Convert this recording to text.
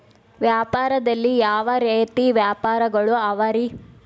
ವ್ಯಾಪಾರದಲ್ಲಿ ಯಾವ ರೇತಿ ವ್ಯಾಪಾರಗಳು ಅವರಿ?